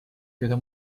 keda